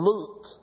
Luke